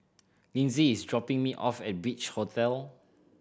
Linzy is dropping me off at Beach Hotel